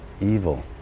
evil